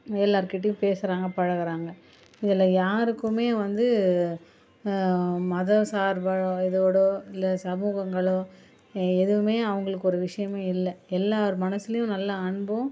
எல்லாருக்கிட்டவும் பேசுகிறாங்க பழகுகிறாங்க இதில் யாருக்குமே வந்து மத சார்பாக இதோடய இல்லை சமூகங்களோ எதுவுமே அவங்களுக்கு ஒரு விஷயமே இல்லை எல்லார் மனசிலயும் நல்ல அன்பும்